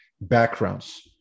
backgrounds